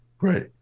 right